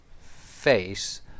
face